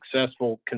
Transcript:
successful